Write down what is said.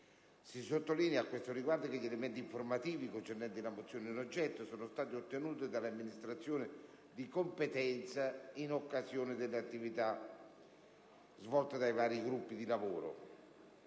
Si sottolinea, a questo riguardo, che gli elementi informativi concernenti la mozione in oggetto sono stati ottenuti dalle amministrazioni di competenza in occasione delle attività svolte dai vari gruppi di lavoro.